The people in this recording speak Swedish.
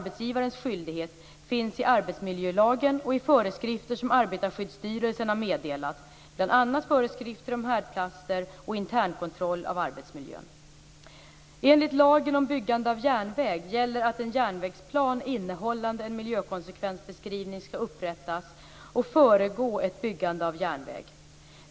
Enligt lagen om byggande av järnväg gäller att en järnvägsplan innehållande en miljökonsekvensbeskrivning skall upprättas och föregå ett byggande av järnväg.